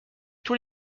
tous